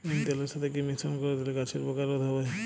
নিম তেলের সাথে কি মিশ্রণ করে দিলে গাছের পোকা রোধ হবে?